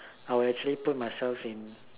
I'll actually put myself in